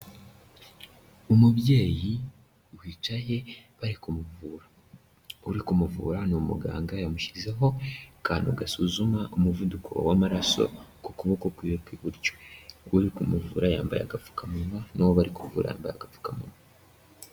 Umubyeyi wicaye bari kumuvura, uri kumuvura ni umuganga yamushyizeho akantu gasuzuma umuvuduko w'amaraso ku kuboko kw'iwe kw'iburyo, uri kumuvura yambaye agapfukamunwa n'uwo bari kuvura yambaye agapfukamunwa.